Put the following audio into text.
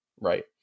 right